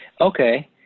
Okay